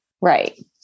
Right